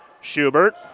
Schubert